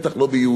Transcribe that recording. בטח לא ביהודים,